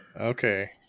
Okay